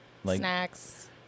Snacks